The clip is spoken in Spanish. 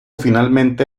finalmente